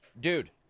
Dude